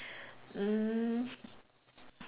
mm